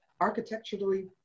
architecturally